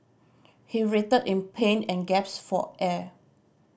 he writhed in pain and gasped for air